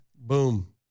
Boom